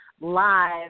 live